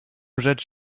rzecz